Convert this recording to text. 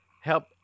help